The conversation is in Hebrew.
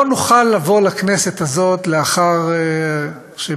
לא נוכל לבוא לכנסת הזאת לאחר שבאמת